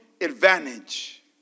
advantage